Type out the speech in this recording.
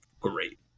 great